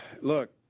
Look